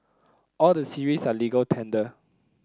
all the series are legal tender